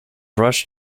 rushed